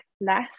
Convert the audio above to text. less